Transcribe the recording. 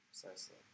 Precisely